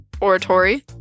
Oratory